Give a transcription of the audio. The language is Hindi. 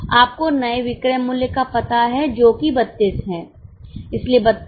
आपको नए विक्रय मूल्य का पता है जो कि 32 है